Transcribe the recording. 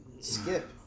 skip